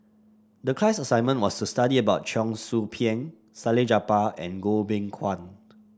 the class assignment was to study about Cheong Soo Pieng Salleh Japar and Goh Beng Kwan